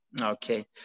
Okay